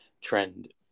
trend